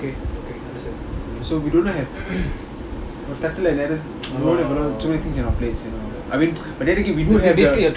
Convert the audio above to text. okay so we don't have too many things in our plates you know I mean but then again we need to have the